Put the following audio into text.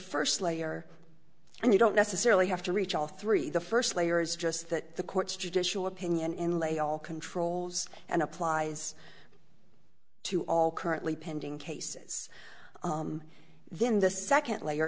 first layer and you don't necessarily have to reach all three the first layer is just that the court's judicial opinion inlay all controls and applies two all currently pending cases then the second